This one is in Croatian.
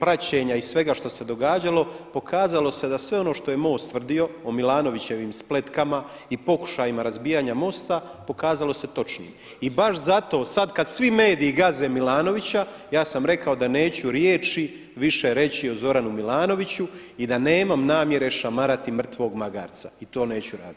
praćenja i svega što se događalo pokazalo se da sve ono što je Most tvrdio o Milanovićevim spletkama i pokušajima razbijanja Mosta pokazalo se točnim i baš zato sad kad svi mediji gaze Milanovića ja sam rekao da neću riječi više reći o Zoranu Milanoviću i da nemam namjere šamarati mrtvog magarca i to neću raditi.